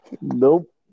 Nope